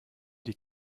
die